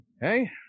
Hey